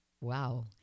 Wow